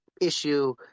issue